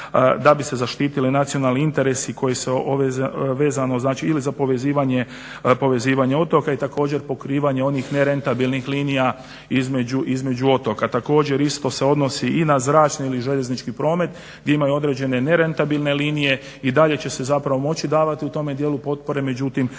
da bi se zaštitili nacionalni interesi koje se vezano ili za povezivanje otoka i također pokrivanje onih nerentabilnih linija između otoka. Također isto se odnosi i na zračni ili željeznički promet gdje imaju određene nerentabilne linije i dalje će se moći davati u tome dijelu potpore međutim